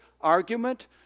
argument